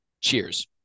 Cheers